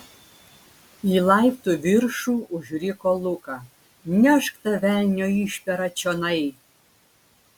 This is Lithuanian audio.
į laiptų viršų užriko luka nešk tą velnio išperą čionai